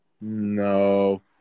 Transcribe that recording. No